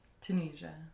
Tunisia